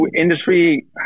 industry